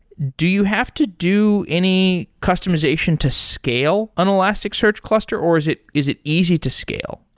do you have to do any customization to scale an elasticsearch cluster or is it is it easy to scale?